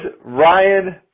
Ryan